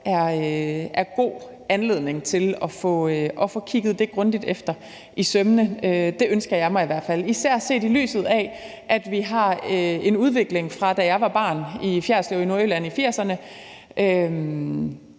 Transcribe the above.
er god anledning til at få kigget det grundigt efter i sømmene. Det ønsker jeg mig i hvert fald, især set i lyset af, at vi har en udvikling, så vi – sammenlignet med, da jeg